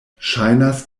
ŝajnas